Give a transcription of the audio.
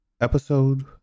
episode